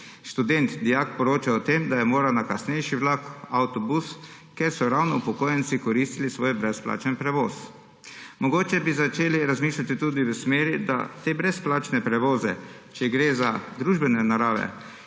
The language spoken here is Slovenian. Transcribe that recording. študent, dijak poročal o tem, da je moral na kasnejši vlak, avtobus, ker so ravno upokojenci koristili svoj brezplačni prevoz. Mogoče bi začeli razmišljati tudi v smeri, da te brezplačne prevoze, če gre za družbene narave